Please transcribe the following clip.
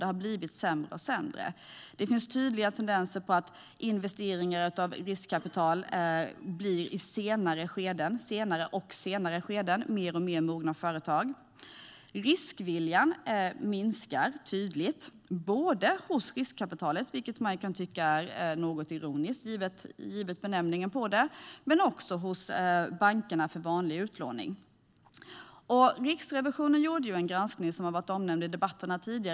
Det har blivit allt sämre. Det finns tydliga tendenser till att investeringar med riskkapital kommer in i allt senare skeden, i allt mognare företag. Riskviljan minskar tydligt, hos riskkapitalet, vilket man kan tycka är något ironiskt givet benämningen, men också hos bankerna för vanlig utlåning. Riksrevisionen gjorde, vilket har nämnts tidigare i debatten, en granskning.